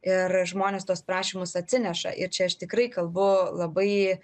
ir žmonės tuos prašymus atsineša ir čia aš tikrai kalbu labai